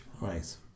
Right